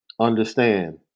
understand